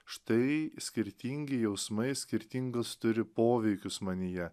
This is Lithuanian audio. štai skirtingi jausmai skirtingus turi poveikius manyje